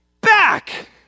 back